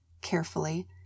Carefully